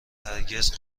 هرگز